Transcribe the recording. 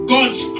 God's